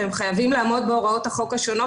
והם חייבים לעמוד בהוראות החוק השונות